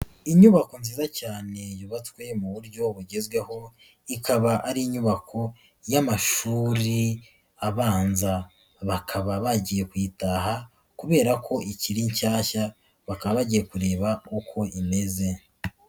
Inyubako nziza cyane yubatswe mu buryo bugezweho, ikaba ari inyubako y'amashuri abanza. Bakaba bagiye kuyitaha kubera ko ikiri nshyashya, bakaba bagiye kureba uko imeze.